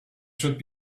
should